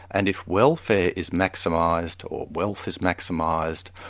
and if welfare is maximised, or wealth is maximised,